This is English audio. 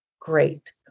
Great